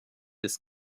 des